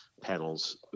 panels